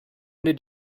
did